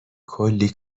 کلی